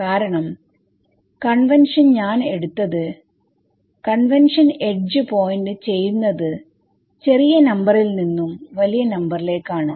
കാരണം കൺവെൻഷൻ ഞാൻ എടുത്തത് കൺവെൻഷൻ എഡ്ജ് പോയിന്റ്ചെയ്യുന്നത് ചെറിയ നമ്പറിൽ നിന്നും വലിയ നമ്പറിലേക്കാണ്